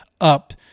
up